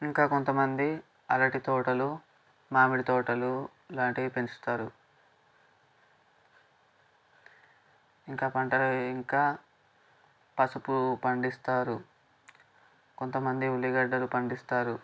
ఇంకా కొంతమంది అరటి తోటలు మామిడి తోటలు లాంటివి పెంచుతారు ఇంకా పంటలో ఇంకా పసుపు పండిస్తారు కొంతమంది ఉల్లిగడ్డలు పండిస్తారు